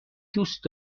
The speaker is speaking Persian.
دوست